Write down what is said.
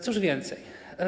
Cóż więcej?